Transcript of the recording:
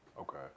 Okay